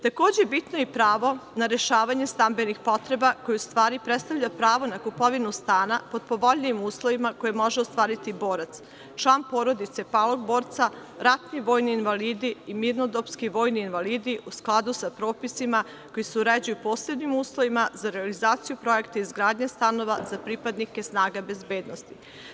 Takođe, bitno je i pravo na rešavanje stambenih potreba, koje u stvari predstavlja pravo na kupovinu stana pod povoljnijim uslovima koje može ostvariti borac, član porodice palog borca, ratni vojni invalidi i mirnodopski vojni invalidi, u skladu sa propisima koji se uređuju posebnim uslovima za realizaciju Projekta izgradnje stanova za pripadnike snaga bezbednosti.